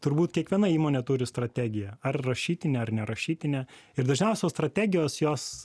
turbūt kiekviena įmonė turi strategiją ar rašytinę ar nerašytinę ir dažniausios strategijos jos